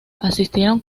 asistieron